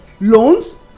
loans